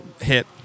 hit